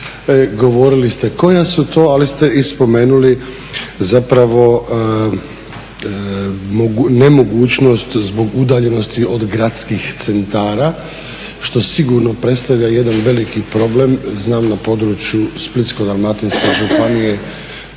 govorili ste koja su to ali ste spomenuli zapravo nemogućnost zbog udaljenosti od gradskih centara što sigurno predstavlja jedan veliki problem, znam na području Splitsko-dalmatinske županije